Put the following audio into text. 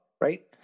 right